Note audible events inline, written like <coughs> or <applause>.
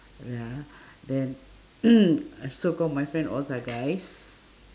ya <breath> then <coughs> so called my friends alls are guys